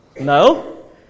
No